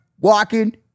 walking